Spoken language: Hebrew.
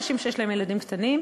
נשים שיש להן ילדים קטנים.